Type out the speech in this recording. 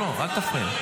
אל תפריע.